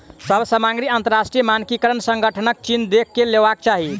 सभ सामग्री अंतरराष्ट्रीय मानकीकरण संगठनक चिन्ह देख के लेवाक चाही